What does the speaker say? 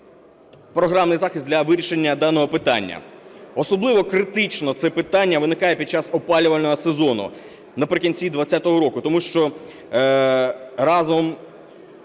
програмний захист для вирішення даного питання. Особливо критично це питання виникає під час опалювального сезону наприкінці 20-го року, тому що разом